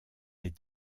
des